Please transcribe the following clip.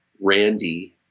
Randy